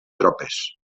tropes